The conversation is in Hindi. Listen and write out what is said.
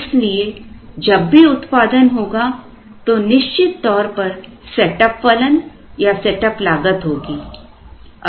इसलिए जब भी उत्पादन होगा तो निश्चित तौर पर सेटअप फलन या सेटअप लागत होगी